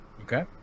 Okay